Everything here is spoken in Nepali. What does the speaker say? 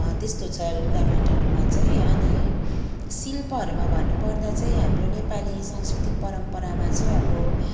त्यस्तो छ लुगाफाटाहरूमा चाहिँ अनि शिल्पहरूमा भन्नुपर्दा चाहिँ हाम्रो नेपाली सांस्कृतिक परम्परामा चाहिँ अब